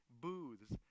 booths